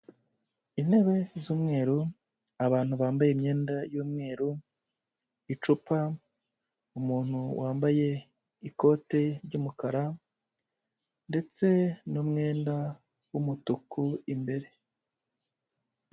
Intebe z'umweru, abantu bambaye imyenda y'umweru, icupa, umuntu wambaye ikote ry'umukara ndetse n'umwenda w'umutuku imbere.